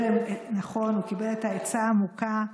נכון, הוא קיבל את העצה העמוקה,